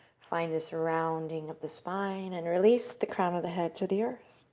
find the surrounding of the spine and release the crown of the head to the earth.